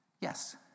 Yes